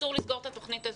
אסור לסגור את התוכנית הזאת.